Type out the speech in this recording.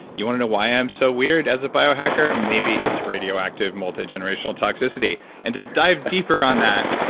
you want to know why i'm so weird as a bio-hacker? maybe it's radioactive multi-generational toxicity and to dive deeper on that,